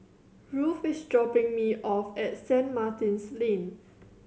Ruthe is dropping me off at Saint Martin's Lane